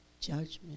Judgment